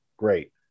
great